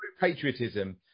patriotism